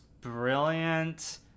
brilliant